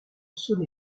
saône